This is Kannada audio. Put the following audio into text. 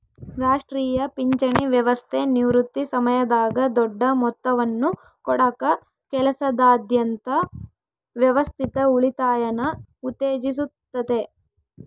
ರಾಷ್ಟ್ರೀಯ ಪಿಂಚಣಿ ವ್ಯವಸ್ಥೆ ನಿವೃತ್ತಿ ಸಮಯದಾಗ ದೊಡ್ಡ ಮೊತ್ತವನ್ನು ಕೊಡಕ ಕೆಲಸದಾದ್ಯಂತ ವ್ಯವಸ್ಥಿತ ಉಳಿತಾಯನ ಉತ್ತೇಜಿಸುತ್ತತೆ